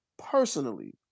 personally